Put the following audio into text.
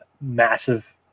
massive